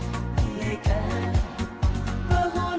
you know